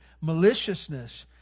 maliciousness